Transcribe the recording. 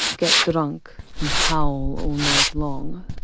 get drunk and howl all night long.